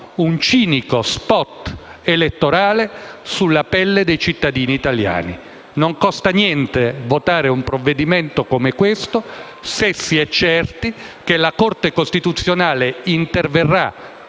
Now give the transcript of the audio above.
un cinico *spot* elettorale sulla pelle dei cittadini italiani. Non costa niente votare un provvedimento come questo, se si è certi che la Corte costituzionale interverrà,